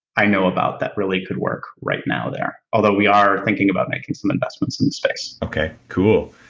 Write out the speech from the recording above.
i know about that really could work right now there, although we are thinking about making some investments in the space okay, cool.